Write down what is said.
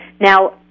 Now